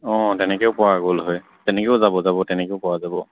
অঁ তেনেকৈও পোৱা গ'ল হয় তেনেকৈও যাব যাব তেনেকৈও পোৱা যাব